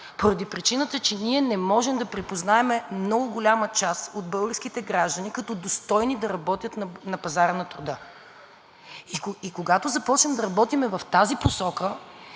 поради причината, че ние не можем да припознаем много голяма част от българските граждани като достойни да работят на пазара на труда. И когато започнем да работим в тази посока